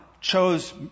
chose